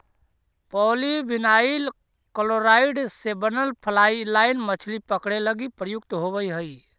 polyvinyl chloride से बनल fly line मछली पकडे लगी प्रयुक्त होवऽ हई